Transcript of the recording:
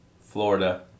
Florida